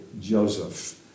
Joseph